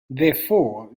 therefore